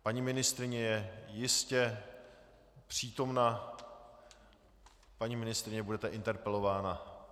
Paní ministryně je jistě přítomna, paní ministryně, budete interpelována.